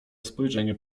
spojrzenie